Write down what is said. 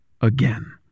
again